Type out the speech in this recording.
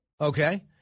Okay